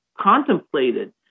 contemplated